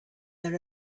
there